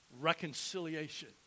reconciliation